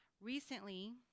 Recently